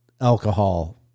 Alcohol